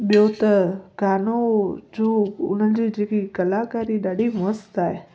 ॿियो त गानो जो उन्हनि जो जेकी कलाकारी ॾाढी मस्तु आहे